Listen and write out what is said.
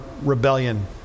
rebellion